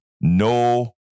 no